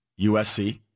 USC